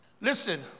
Listen